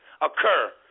Occur